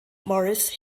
morris